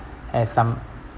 have some